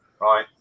right